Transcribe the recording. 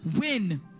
win